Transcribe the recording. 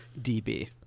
DB